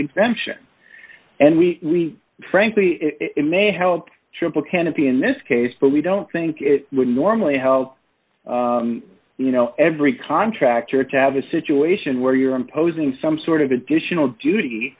exemption and we frankly it may help triple canopy in this case but we don't think it would normally help you know every contractor to have a situation where you're imposing some sort of additional duty